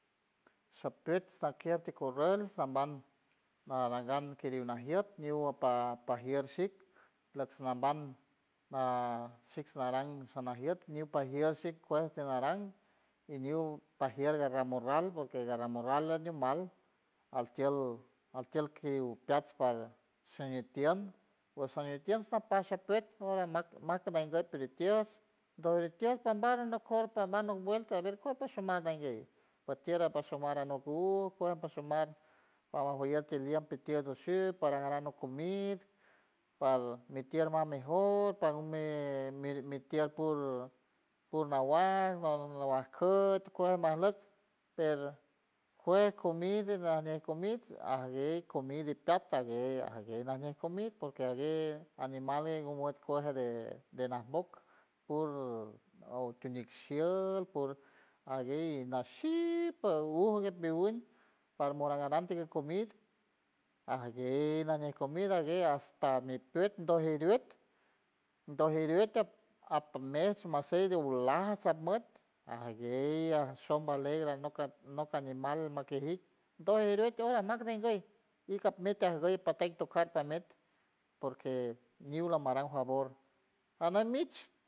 Sapets sakier ti corral sanbam arangan kiriuw najiet ñiuwua pa pajier shic lex nanbam na shix naran jana jiet niu pajier shi puej ti naran iñiu pajier garra morral porque guerra morral aniu animal altield altield kiu peats para shiñi tians pues añatiens pues pasha pet hora mac macan rindey piritiots piritiots panbar anocor pa mano vuelta haber cora pasho marandey patiera pasho maro anok push puej a pashomar parajorar tilield pitield tushil paran garon comid par mitield mas mejor pajomir mir mitield pur pur naguan naguan cut cuejen mar lok pero cuej comide nanet comid aguet comid di patta aguey nane comid porque aguer animale guma cueje de de nanbok puru onti enin shiold puro ague y nashii pue ujugue piwend paran mora narante aguey nane comid aguer hasta mi pet dojiriet dojiriet apomish mashiel di volas almot aguey ashom malegre anok anok animal makejit dojeriet hora maj nengueit y capmeta aguey papeit tocar palmeit porque niula maran favor anan mitch.